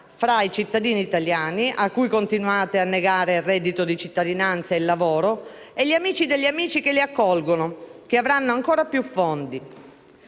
tra i cittadini italiani, a cui continuate a negare il reddito di cittadinanza e il lavoro, e gli amici degli amici che li accolgono, che avranno ancora più fondi.